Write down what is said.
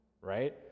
right